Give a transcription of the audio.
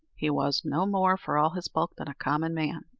he was no more, for all his bulk, than a common man.